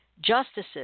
Justices